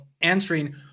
answering